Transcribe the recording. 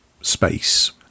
space